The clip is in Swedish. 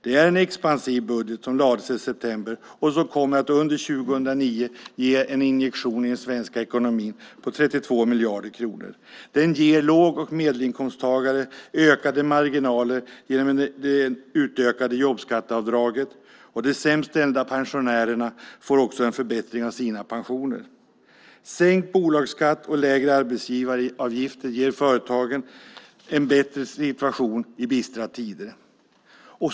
Det är en expansiv budget som lades i september och som under 2009 kommer att ge en injektion i den svenska ekonomin med 32 miljarder kronor. Den ger låg och medelinkomsttagare ökade marginaler genom det utökade jobbskatteavdraget. De sämst ställda pensionärerna får en förbättring av sina pensioner. Sänkt bolagsskatt och lägre arbetsgivaravgifter ger företagen en bättre situation i bistra tider.